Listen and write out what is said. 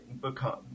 become